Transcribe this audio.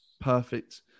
Perfect